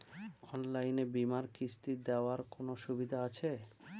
অনলাইনে বীমার কিস্তি দেওয়ার কোন সুবিধে আছে?